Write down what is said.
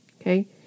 Okay